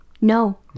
no